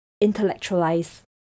intellectualize